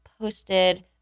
posted